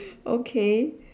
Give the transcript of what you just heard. okay